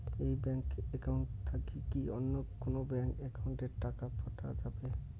এই bank account থাকি কি অন্য কোনো ব্যাংক একাউন্ট এ কি টাকা পাঠা যাবে?